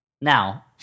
Now